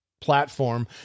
platform